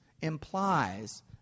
implies